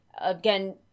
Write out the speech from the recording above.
again